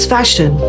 Fashion